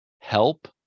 help